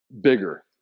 bigger